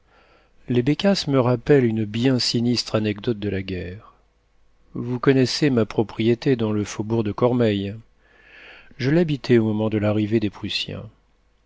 les bécasses me rappellent une bien sinistre anecdote de la guerre vous connaissez ma propriété dans le faubourg de cormeil je l'habitais au moment de l'arrivée des prussiens